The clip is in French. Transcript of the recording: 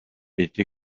été